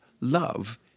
Love